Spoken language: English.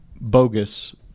bogus